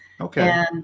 Okay